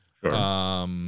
Sure